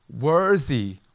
worthy